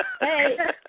Hey